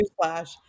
newsflash